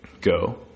Go